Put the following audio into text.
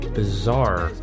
bizarre